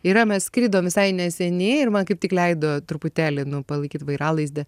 yra mes skridom visai neseniai ir man kaip tik leido truputėlį nu palaikyt vairalazdę